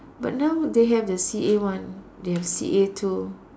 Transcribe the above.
but now they have the C_A one they have C_A two